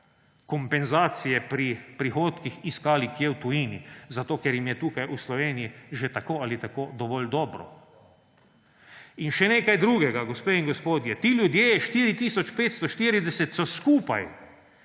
kompenzacije pri prihodkih iskali kje v tujini, zato ker jim je tukaj v Sloveniji že tako ali tako dovolj dobro. In še nekaj drugega, gospe in gospodje. Ti ljudje, 4 tisoč 540, so skupaj